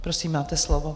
Prosím, máte slovo.